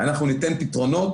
אנחנו ניתן פתרונות.